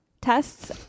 tests